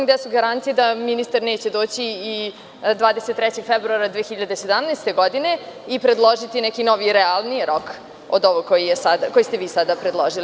Gde su garancije da ministar neće doći i 23. februara 2017. godine i predložiti neki novi i realniji rok od ovog koji ste vi sada predložili?